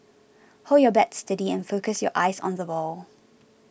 hold your bat steady and focus your eyes on the ball